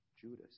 Judas